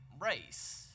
race